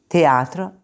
Teatro